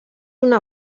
una